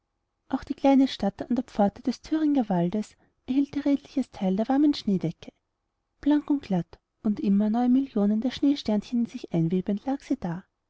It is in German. auch die kleine stadt an der pforte des thüringer waldes erhielt ihr redliches teil der warmen schneedecke blank und glatt und immer neue millionen der schneesternchen in sich einwebend lag sie da